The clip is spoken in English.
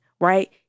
right